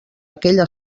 aquella